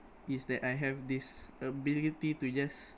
is that I have this ability to just